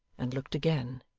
and looked again.